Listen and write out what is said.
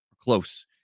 close